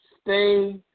stay